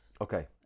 Okay